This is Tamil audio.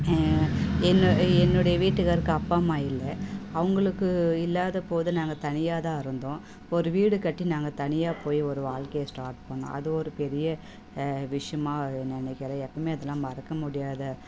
என்ன என்னுடைய வீட்டுக்காருக்கு அப்பா அம்மா இல்லை அவங்களுக்கு இல்லாத போது நாங்கள் தனியாக தான் இருந்தோம் ஒரு வீடு கட்டி நாங்கள் தனியாக போய் ஒரு வாழ்க்கைய ஸ்டார்ட் பண்ணிணோம் அது ஒரு பெரிய விஷயமாக நினைக்கிறேன் எப்போவுமே அதெலாம் மறக்க முடியாத